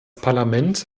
parlament